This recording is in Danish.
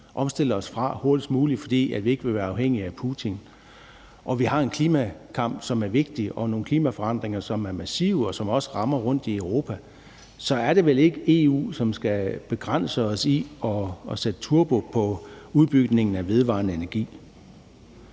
hurtigst muligt, fordi vi ikke vil være afhængige af Putin, og vi har en klimakamp, som er vigtig, og nogle klimaforandringer, som er massive, og som også rammer rundt i Europa, så er det vel ikke EU, som skal begrænse os i at sætte turbo på udbygningen af vedvarende energi.